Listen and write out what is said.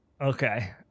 Okay